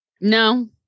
No